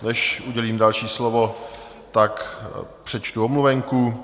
Než udělím další slovo, přečtu omluvenku.